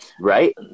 Right